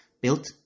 Built